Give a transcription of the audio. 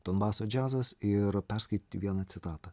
donbaso džiazas ir perskaityti vieną citatą